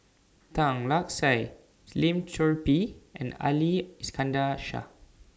Tan Lark Sye Lim Chor Pee and Ali Iskandar Shah